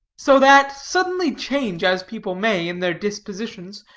so that, suddenly change as people may, in their dispositions,